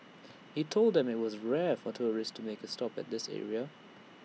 he told them that IT was rare for tourists to make A stop at this area